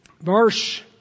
Verse